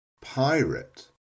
Pirate